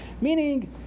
Meaning